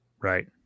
Right